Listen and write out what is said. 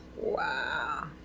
Wow